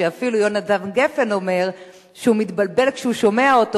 שאפילו יהונתן גפן אומר שהוא מתבלבל כשהוא שומע אותו,